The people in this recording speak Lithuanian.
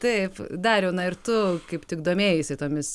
taip dariau na ir tu kaip tik domėjaisi tomis